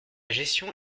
gestion